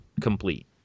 complete